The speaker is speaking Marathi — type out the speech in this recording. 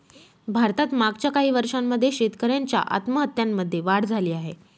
भारतात मागच्या काही वर्षांमध्ये शेतकऱ्यांच्या आत्महत्यांमध्ये वाढ झाली आहे